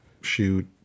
shoot